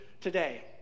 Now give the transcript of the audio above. today